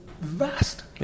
vast